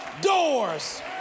doors